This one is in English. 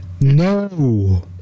No